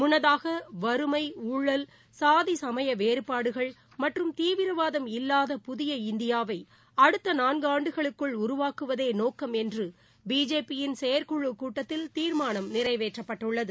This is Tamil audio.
முன்னதாக வறுமை ஊழல் சாதி சமயவேறுபாடுகள் மற்றும் தீவிரவாதம் இல்வாத புதிய இந்தியாவைஅடுத்தநான்குஆண்டுக்குள் உருவாக்குவதேநோக்கம் என்றுபிஜேபியின் செயற்குழகூட்டத்தில் தீர்மானம் நிறைவேற்றப்பட்டுள்ளது